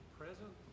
present